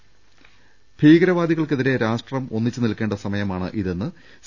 ദർവ്വട്ടെഴ ഭീകരവാദികൾക്കെതിരെ രാഷ്ട്രം ഒന്നിച്ചു നിൽക്കേണ്ട സമയമാണി തെന്ന് സി